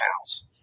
house